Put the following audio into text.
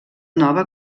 nova